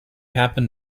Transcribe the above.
happen